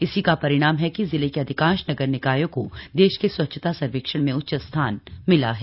इसी का परिणाम है कि जिले की अधिकांश नगर निकायों को देश के स्वच्छता सर्वेक्षण में उच्च स्थान मिला है